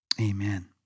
amen